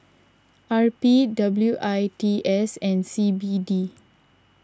R P W I T S and C B D